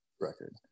record